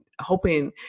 hoping